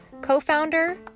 co-founder